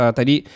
tadi